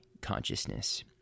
consciousness